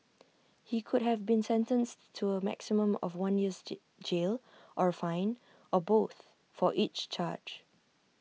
he could have been sentenced to A maximum of one year's ji jail or A fine or both for each charge